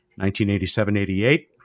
1987-88